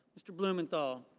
mr. blumenthal.